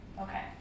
Okay